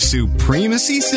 Supremacy